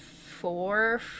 four